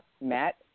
Matt